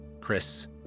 Chris